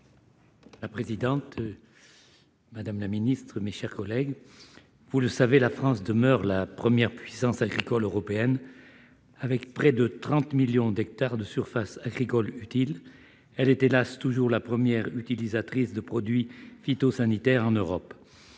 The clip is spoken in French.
la présidente, madame la ministre, mes chers collègues, vous le savez, si la France demeure la première puissance agricole européenne avec près de 30 millions d'hectares de surface agricole utile, elle est toujours, hélas, la première utilisatrice de produits phytosanitaires en Europe.